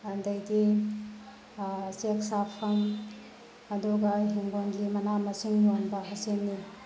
ꯑꯗꯒꯤ ꯑꯗꯒꯤ ꯆꯦꯛ ꯁꯥꯐꯝ ꯑꯗꯨꯒ ꯏꯪꯈꯣꯜꯒꯤ ꯃꯅꯥ ꯃꯁꯤꯡ ꯌꯣꯟꯕ ꯑꯁꯤꯅꯤ